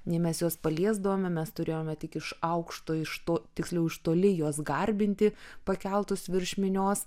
nei mes juos paliesdavome mes turėjome tik iš aukšto iš to tiksliau iš toli juos garbinti pakeltus virš minios